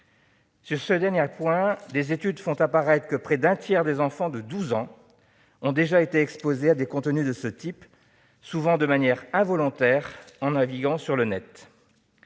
Sur ce dernier point, des études montrent que près d'un tiers des enfants de 12 ans ont déjà été exposés à des contenus de ce type, souvent de manière involontaire en naviguant sur le Net.